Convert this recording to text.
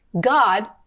God